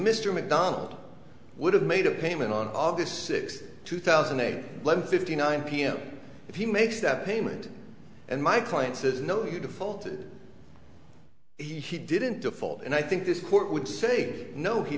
mr mcdonald would have made a payment on august sixth two thousand and eleven fifty nine pm if he makes that payment and my client says no you defaulted he didn't default and i think this court would say no he